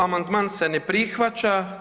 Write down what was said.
Amandman se ne prihvaća.